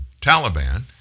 Taliban